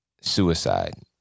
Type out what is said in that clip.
suicide